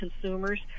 consumers